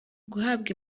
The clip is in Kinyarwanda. guhabwa